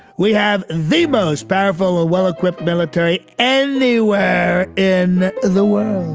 we have the most powerful or well-equipped military anywhere in the world